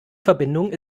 verbindung